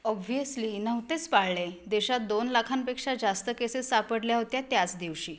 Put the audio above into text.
obviously नव्हतेच पाळले देशात दोन लाखांपेक्षा जास्त केसेस सापडल्या होत्या त्याच दिवशी